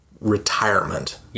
retirement